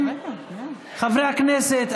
חברי הכנסת,